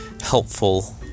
helpful